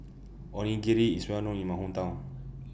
Onigiri IS Well known in My Hometown